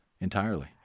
entirely